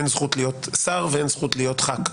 אין זכות להיות שר ואין זכות להיות חבר כנסת,